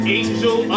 angel